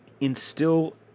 instill